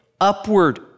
upward